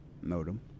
modem